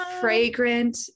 fragrant